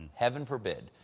heaven forbid,